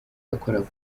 yakoraga